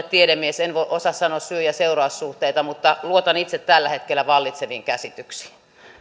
tiedemies en osaa sanoa syy seuraus suhteita mutta luotan itse tällä hetkellä vallitseviin käsityksiin